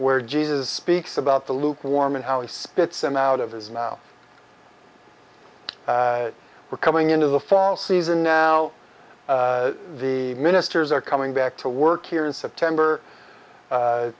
where jesus speaks about the luke warm and how he spits them out of his now we're coming into the fall season now the ministers are coming back to work here in september